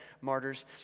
martyrs